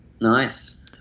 Nice